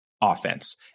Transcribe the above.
offense